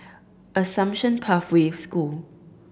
Assumption Pathway School